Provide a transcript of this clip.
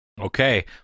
Okay